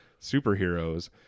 superheroes